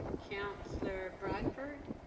councillor bradford.